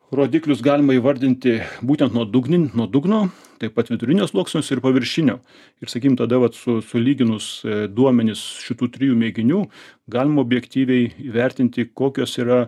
rodiklius galima įvardinti būtent nuodugnin nuo dugno taip pat vidurinio sluoksnius ir paviršinio ir sakym tada vat su sulyginus duomenis šitų trijų mėginių galima objektyviai įvertinti kokios yra